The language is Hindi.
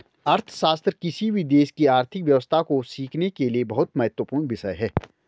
अर्थशास्त्र किसी भी देश की आर्थिक व्यवस्था को सीखने के लिए बहुत महत्वपूर्ण विषय हैं